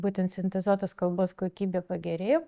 būtent sintezuotas kalbos kokybė pagerėjo